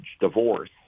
divorce